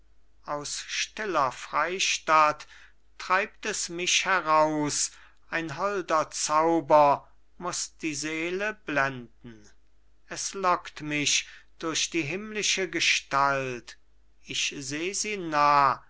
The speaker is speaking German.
aus stiller freistatt treibt es mich heraus ein holder zauber muß die seele blenden es lockt mich durch die himmlische gestalt ich seh sie nah